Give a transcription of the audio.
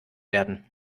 werden